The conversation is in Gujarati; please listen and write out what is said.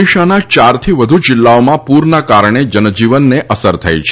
ઓડિશાના ચારથી વધુ જિલ્લાઓમાં પુર કારણે જનજીવનને અસર થઈ છે